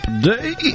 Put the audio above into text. day